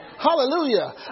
Hallelujah